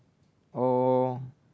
oh